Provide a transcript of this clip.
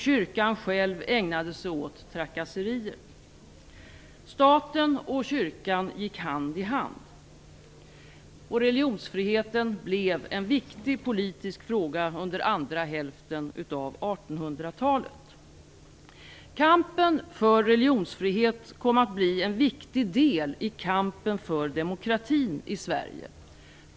Kyrkan själv ägnade sig åt trakasserier. Staten och kyrkan gick hand i hand. Religionsfriheten blev en viktig politisk fråga under andra hälften av 1800-talet. Kampen för religionsfrihet kom att bli en viktig del i kampen för demokratin i Sverige.